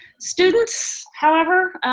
students, however,